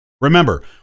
Remember